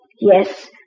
yes